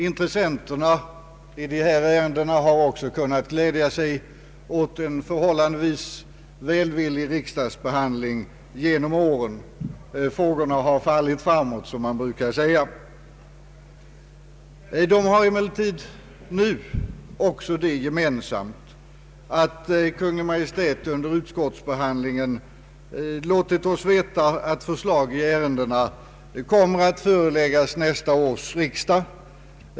Intressenterna i dessa ärenden har också kunnat glädja sig åt en förhållandevis välvillig riksdagsbehandling genom åren. Frågorna har fallit framåt, som man brukar säga. De två nu aktuella utlåtandena har också det gemensamt att Kungl. Maj:t under utskottsbehandlingen låtit oss veta att förslag i ärendena kommer att föreläggas nästa års riksdag.